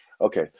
Okay